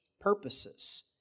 purposes